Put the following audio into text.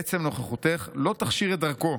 עצם נוכחותך לא תכשיר את דרכו.